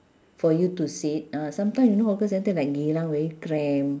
for you to sit ah sometime you know hawker centre like geylang very cramped